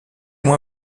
moi